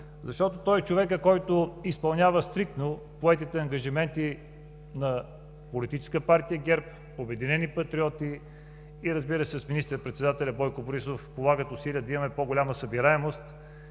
защото той е човекът, който изпълнява стриктно поетите ангажименти на Политическа партия ГЕРБ, „Обединени патриоти“ и, разбира се, с министър председателя Бойко Борисов полагат усилия да имаме по голяма събираемост